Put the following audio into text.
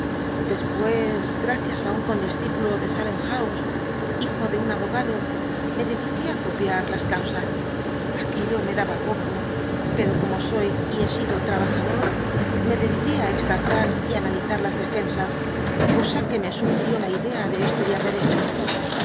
después gracias á un condiscípulo de salcm llousc hiju de un abogado me dediqué i copiar las causa aquello me daba poco pero como soy y he sido trabajador me dediqué i extractar y analizar las defensas cosa uc me sugil'ió la idea de estudiar derecho